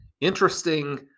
interesting